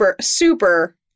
super